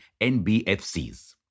NBFCs